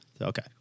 Okay